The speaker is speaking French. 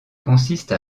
consiste